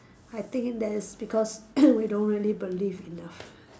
I think that is because we don't really believe enough